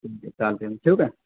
ठीक आहे चालतं आहे मग ठेवू का